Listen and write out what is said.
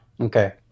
Okay